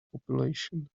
population